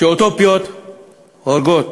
שאוטופיות הורגות,